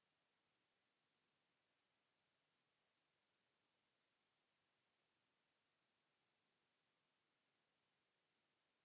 Kiitos,